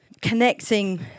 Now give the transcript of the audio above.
connecting